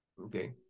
Okay